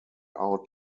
out